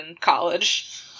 college